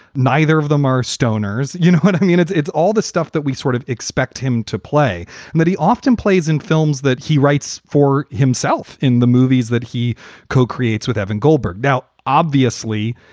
neither of them are stoners, you know what i mean? it's it's all the stuff that we sort of expect him to play and that he often plays in films, that he writes for himself in the movies that he creates with evan goldberg. now, obviously,